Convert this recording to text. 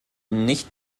nicht